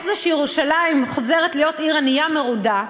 איך זה שירושלים חוזרת להיות עיר ענייה מרודה,